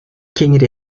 кеңири